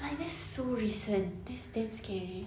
like that's so recent that's damn scary